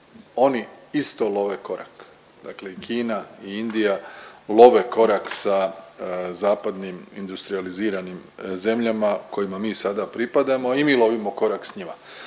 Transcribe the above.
Oni isto love korak, dakle i Kina i Indija love korak sa zapadnim industrijaliziranim zemljama kojima mi sada pripadamo i mi lovimo korak s njima.